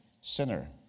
sinner